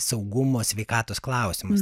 saugumo sveikatos klausimas